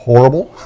Horrible